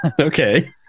Okay